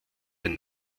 den